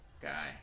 guy